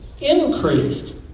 increased